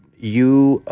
you